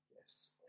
Yes